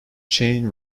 chain